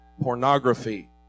pornography